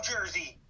Jersey